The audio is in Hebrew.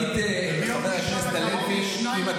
וביום הראשון הקרוב יהיו שניים לקואליציה,